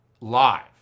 Live